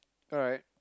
alright